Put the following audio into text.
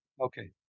Okay